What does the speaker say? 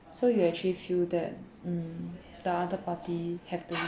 so you actually feel that mm the other party have to